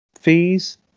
fees